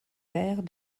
vert